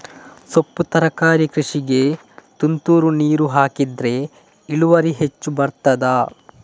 ಸೊಪ್ಪು ತರಕಾರಿ ಕೃಷಿಗೆ ತುಂತುರು ನೀರು ಹಾಕಿದ್ರೆ ಇಳುವರಿ ಹೆಚ್ಚು ಬರ್ತದ?